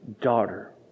Daughter